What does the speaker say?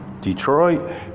Detroit